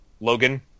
Logan